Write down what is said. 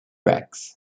rex